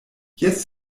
jes